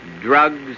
drugs